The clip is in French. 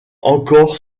encore